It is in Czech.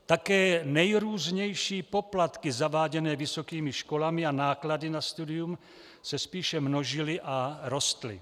Také nejrůznější poplatky zaváděné vysokými školami a náklady na studium se spíše množily a rostly.